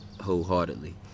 Wholeheartedly